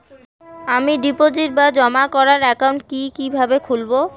আমি ডিপোজিট বা জমা করার একাউন্ট কি কিভাবে খুলবো?